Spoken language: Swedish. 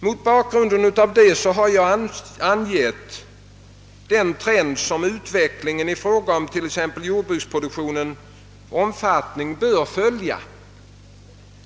Mot bakgrunden av detta har jag angett den trend som utvecklingen i fråga om t.ex. jordbrukspolitikens omfattning bör följa.